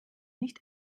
nicht